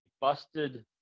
busted